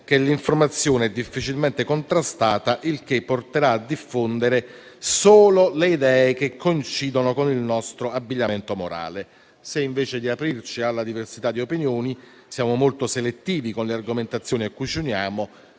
che l'informazione è difficilmente contrastata e ciò porterà a diffondere solo le idee che coincidono con il nostro abbigliamento morale. Se invece di aprirci alla diversità di opinioni, siamo molto selettivi con le argomentazioni a cui ci uniamo,